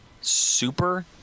super